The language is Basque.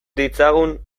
ditzagun